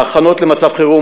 ההכנות למצב חירום,